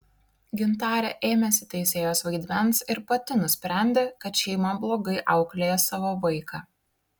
gintarė ėmėsi teisėjos vaidmens ir pati nusprendė kad šeima blogai auklėja savo vaiką